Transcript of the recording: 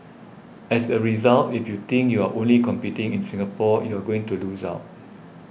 as a result if you think you're only competing in Singapore you're going to lose out